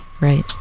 Right